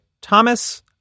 Thomas